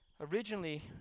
originally